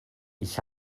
ich